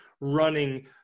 running